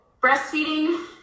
breastfeeding